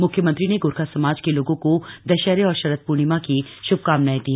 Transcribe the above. मुख्यमंत्री ने गोरखा समाज के लोगों को दशहरे और शरद र्णिमा की श्भकामनाएं दी